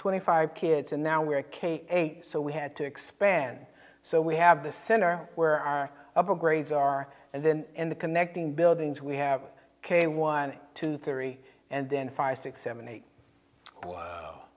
twenty five kids and now we're a k eight so we had to expand so we have the center where our upper grades are and then in the connecting buildings we have k one two three and then five six seven eight